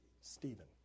Stephen